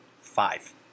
Five